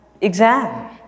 exam